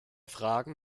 fragen